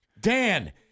Dan